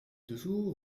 dessous